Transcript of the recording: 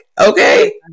okay